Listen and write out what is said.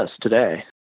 today